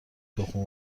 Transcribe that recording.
تخم